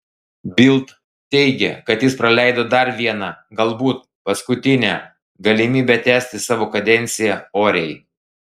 bild teigė kad jis praleido dar vieną galbūt paskutinę galimybę tęsti savo kadenciją oriai